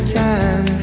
time